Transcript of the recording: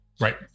Right